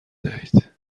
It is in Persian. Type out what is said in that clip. دهید